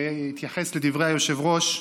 בהתייחס לדברי היושב-ראש,